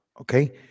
Okay